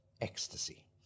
ecstasy